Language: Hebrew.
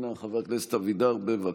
אנא, חבר הכנסת אבידר, בבקשה.